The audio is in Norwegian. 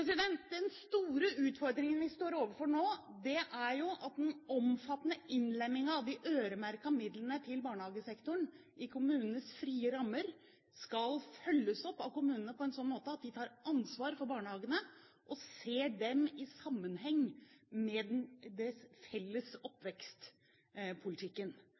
barnehageplass. Den store utfordringen vi står overfor nå, er jo at den omfattende innlemmingen av de øremerkede midlene til barnehagesektoren i kommunenes frie rammer skal følges opp av kommunene på en sånn måte at de tar ansvar for barnehagene og ser dem i sammenheng med den felles